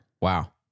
Wow